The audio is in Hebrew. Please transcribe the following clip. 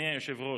אדוני היושב-ראש,